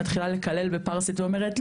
היא מתחילה לקלל בפרסית ואומרת,